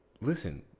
listen